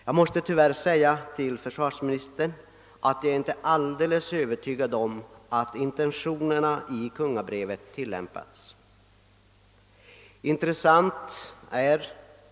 Jag måste tyvärr säga till försvarsministern att jag inte är alldeles övertygad om att intentionerna i kungabrevet följts.